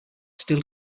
still